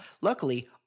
Luckily